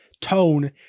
tone